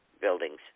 buildings